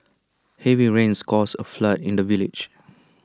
heavy rains caused A flood in the village